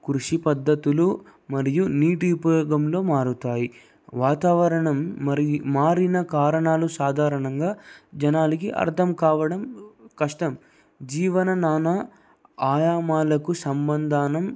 కృషి పద్ధతులు మరియు నీటి ఉపయోగంలో మారుతాయి వాతావరణం మరియు మారిన కారణాలు సాధారణంగా జనాలకి అర్థం కావడం కష్టం జీవన నానా ఆయామాలకు సంబంధానం